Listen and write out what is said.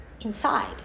inside